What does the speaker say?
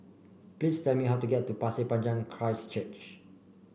please tell me how to get to Pasir Panjang Christ Church